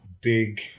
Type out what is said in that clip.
Big